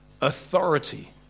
authority